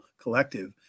collective